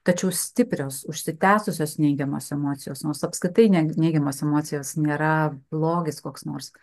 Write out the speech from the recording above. tačiau stiprios užsitęsusios neigiamos emocijos nors apskritai ne neigiamos emocijos nėra blogis koks nors